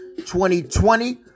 2020